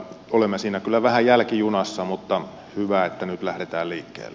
olemme siinä kyllä vähän jälkijunassa mutta hyvä että nyt lähdetään liikkeelle